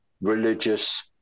religious